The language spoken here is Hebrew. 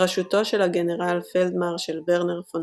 בראשותו של הגנרל פלדמרשל ורנר פון